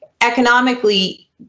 economically